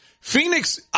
Phoenix